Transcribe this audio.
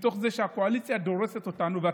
מתוך זה שהקואליציה דורסת אותנו.